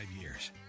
years